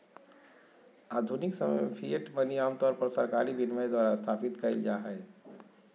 आधुनिक समय में फिएट मनी आमतौर पर सरकारी विनियमन द्वारा स्थापित कइल जा हइ